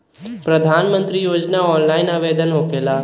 प्रधानमंत्री योजना ऑनलाइन आवेदन होकेला?